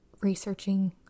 researching